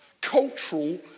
cultural